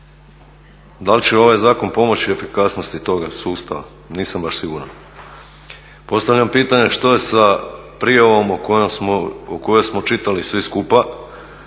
Da li će ovaj zakon pomoći efikasnosti toga sustava nisam baš siguran. Postavljam pitanje što je sa prijavom o kojoj smo čitali svi skupa